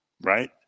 right